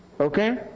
Okay